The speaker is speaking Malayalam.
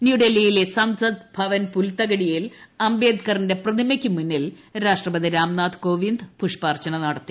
ന്യൂഡൽഹിയിലെ സൻസദ് ഭവൻ പുൽത്തിക്ടിയിൽ അംബേദ്ക്കറിന്റെ പ്രതിമക്ക് മുൻപിൽ രാഷ്ട്രപതി രാക്കാ്ഥ് കോവിന്ദ് പുഷ്പാർച്ചന നടത്തി